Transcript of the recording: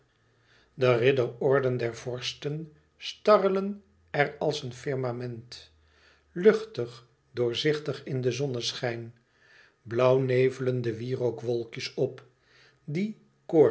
de ridderorden der vorsten starrelen er als een firmament luchtig doorzichtig in den zonneschijn blauwnevelen de wierookwolkjes op die